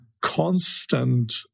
constant